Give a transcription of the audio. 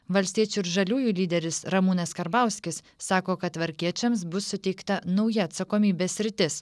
valstiečių ir žaliųjų lyderis ramūnas karbauskis sako kad tvarkiečiams bus suteikta nauja atsakomybės sritis